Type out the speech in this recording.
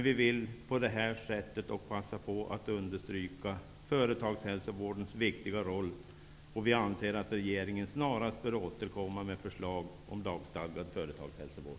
Vi vill dock på detta sätt passa på att understryka företagshälsovårdens viktiga roll. Vi anser att regeringen snarast bör återkomma med förslag om lagstadgad företagshälsovård.